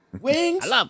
wings